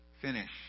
finish